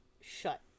shut